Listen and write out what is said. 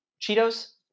Cheetos